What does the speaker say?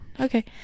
okay